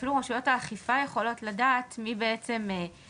שאפילו רשויות האכיפה יכולות לדעת מיהו